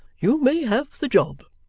you may have the job